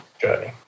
journey